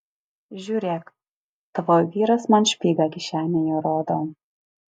žiūrėk tavo vyras man špygą kišenėje rodo